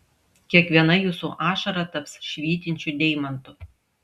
kiekviena jūsų ašara taps švytinčiu deimantu